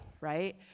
right